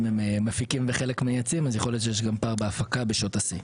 אם הם מפיקים ומייצאים חלק יכול להיות שיש גם פער בהפקה בשעות השיא.